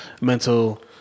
mental